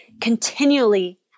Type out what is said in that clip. continually